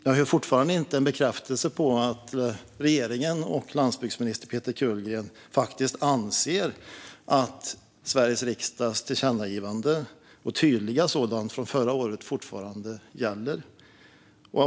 Jag hör fortfarande inte en bekräftelse på att regeringen och landsbygdsminister Peter Kullgren faktiskt anser att Sveriges riksdags tydliga tillkännagivande från förra året gäller.